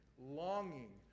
longing